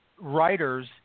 writers